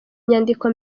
inyandiko